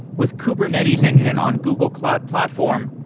with kubernetes engine on google cloud platform,